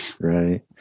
Right